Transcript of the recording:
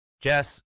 Jess